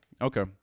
Okay